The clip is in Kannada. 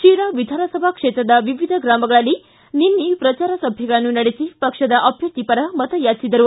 ಶಿರಾ ವಿಧಾನಸಭಾ ಕ್ಷೇತ್ರದ ವಿವಿಧ ಗ್ರಾಮಗಳಲ್ಲಿ ನಿನ್ನೆ ಪ್ರಜಾರ ಸಭೆಗಳನ್ನು ನಡೆಸಿ ಪಕ್ಷದ ಅಭ್ಯರ್ಥಿ ಪರ ಮತಯಾಚಿಸಿದರು